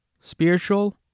spiritual